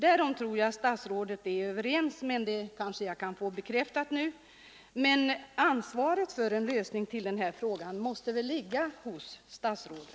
Därom tror jag att statsrådet och jag är överens, och det kanske jag kan få bekräftat nu. Ansvaret för en lösning av den frågan måste väl ligga hos statsrådet.